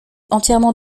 entièrement